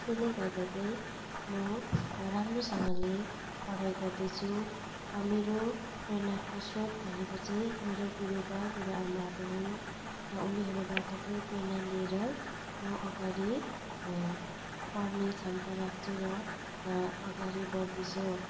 त्यसैले गर्दा चाहिँ म राम्रोसँगले पढाइ गर्दैछु र मेरो प्रेरणाको स्रोत भनेको चाहिँ मेरो गुरुबा गुरुआमाहरू हुन् र उनीहरूबाट चाहिँ प्रेरणा लिएर म अघाडि पढ्ने क्षमता राख्छु र अघाडि बढ्दैछु